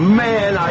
man